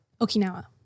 Okinawa